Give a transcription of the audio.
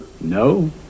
No